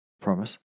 promise